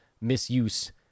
misuse